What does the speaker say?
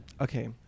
Okay